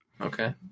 Okay